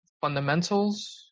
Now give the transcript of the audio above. fundamentals